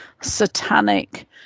satanic